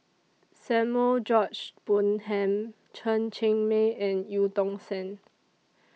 Samuel George Bonham Chen Cheng Mei and EU Tong Sen